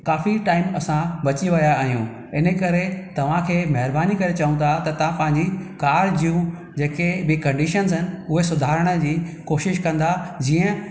काफ़ी टाइम असां बची वया आहियूं हिन करे तव्हांखे महिरबानी करे चऊं था तव्हां पंहिंजी कार जूं जेके बि कंडीशन्स आहिनि उहे सुधारण जी कोशिशि कंदा जीअं